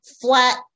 flat